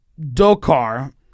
Dokar